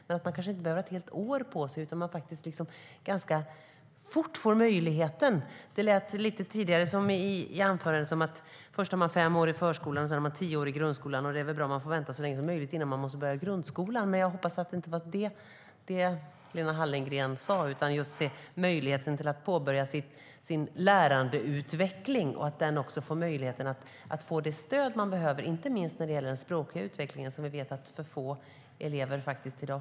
Men man kanske inte behöver ha ett helt år på sig, utan man kan ganska fort få möjligheten. I anförandet tidigare lät det som att först har man fem år i förskolan och sedan har man tio år i grundskolan, och det är väl bra om man får vänta så länge som möjligt innan man måste börja i grundskolan. Jag hoppas att det inte var det Lena Hallengren sa, utan att man just ser möjligheten till att påbörja lärandeutvecklingen och också få det stöd man behöver, inte minst när det gäller den språkliga utvecklingen som vi vet att för få elever får i dag.